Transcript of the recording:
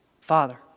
Father